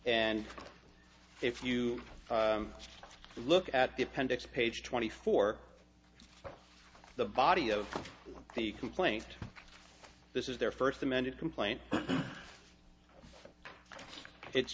and if you look at the appendix page twenty four the body of the complaint this is their first amended complaint it's